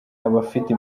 abafite